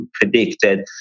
predicted